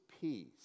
peace